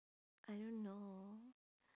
I don't know